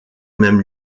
mêmes